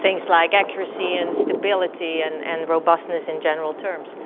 things like accuracy and stability and and robustness in general terms.